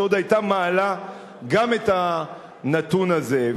שעוד היתה מעלה גם את הנתון הזה.